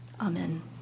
Amen